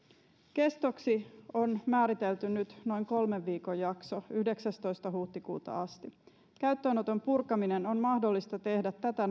kestoksi on määritelty nyt noin kolmen viikon jakso yhdeksästoista huhtikuuta asti käyttöönoton purkaminen on mahdollista tehdä tätä